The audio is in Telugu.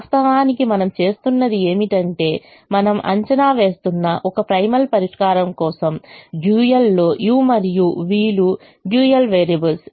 వాస్తవానికి మనం చేస్తున్నది ఏమిటంటే మనం అంచనా వేస్తున్న ఒక ప్రైమల్ పరిష్కారం కోసం డ్యూయల్ లో u మరియు v లు డ్యూయల్ వేరియబుల్స్